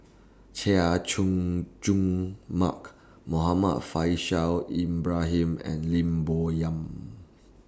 Chay Jung Jun Mark Muhammad Faishal Ibrahim and Lim Bo Yam